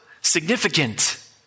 significant